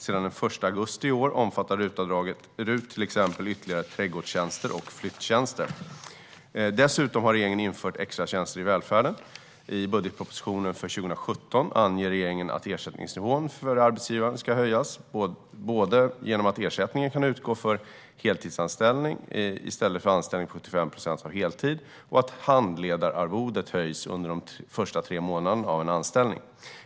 Sedan den 1 augusti i år omfattar RUT till exempel ytterligare trädgårdstjänster och flyttjänster. Dessutom har regeringen infört extratjänster i välfärden. I budgetpropositionen för 2017 anger regeringen att ersättningsnivån till arbetsgivaren ska höjas både genom att ersättning kan utgå för heltidsanställning i stället för anställning på 75 procent av heltid och att handledararvodet höjs under de första tre månaderna av en anställning.